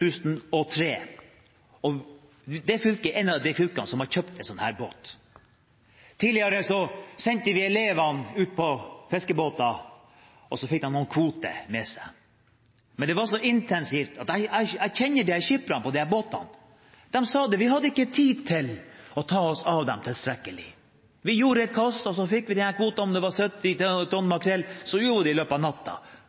2003, og det fylket er et av de fylkene som har kjøpt en slik båt. Tidligere sendte vi elevene ut på fiskebåter, og så fikk de noen kvoter med seg, men det var så intensivt. Jeg kjenner skipperne på disse båtene, og de sa: Vi hadde ikke tid til å ta oss tilstrekkelig av dem. Vi gjorde et kast, og så fikk vi disse kvotene, kanskje 70 tonn makrell, og vi gjorde det i løpet av natten, og vi skjønner jo det at det ikke var